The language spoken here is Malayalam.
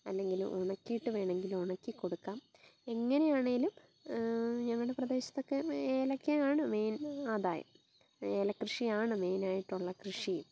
അല്ലെങ്കിൽ ഒണക്കീട്ട് വേണമെങ്കിൽ ഉണക്കി കൊടുക്കാം എങ്ങനെയാണേലും ഞങ്ങളുടെ പ്രദേശത്തൊക്കെ ഏലക്കയാണ് മെയിൻ ആദായം ഏല കൃഷിയാണ് മെയ്നായിട്ടുള്ളത് കൃഷിയും